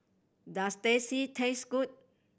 does Teh C taste good